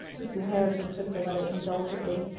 mrs. herriton took the letter indulgently.